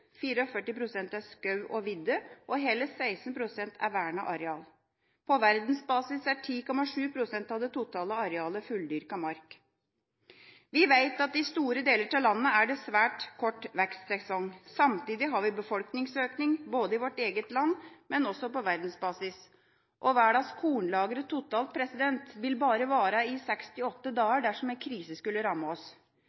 er skog og vidde, og hele 16 pst. er vernet areal. På verdensbasis er 10,7 pst. av det totale arealet fulldyrket mark. Vi vet at det i store deler av landet er svært kort vekstsesong. Samtidig har vi befolkningsøkning både i vårt eget land og på verdensbasis. Og verdens kornlagre totalt vil bare vare i 68